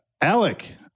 Alec